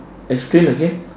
explain again